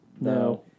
no